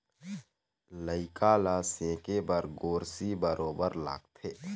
लइका ल सेके बर गोरसी बरोबर लगथे